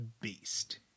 beast